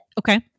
Okay